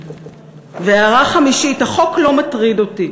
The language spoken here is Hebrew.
והערה חמישית: החוק לא מטריד אותי.